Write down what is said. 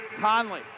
Conley